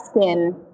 skin